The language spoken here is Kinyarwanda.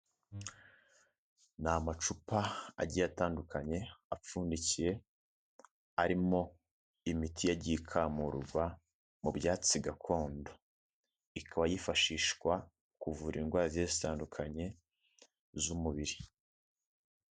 Ni amacupa agiye atandukanye apfundikiye arimo imiti yagiye ikamurwa mu byatsi gakondo ikaba yifashishwa kuvura indwara zigiye zitandukanye z'umubiri.